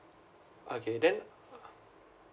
okay then uh